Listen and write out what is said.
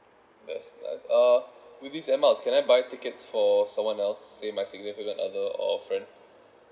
does does uh with this air miles can I buy tickets for someone else say my significant other or friend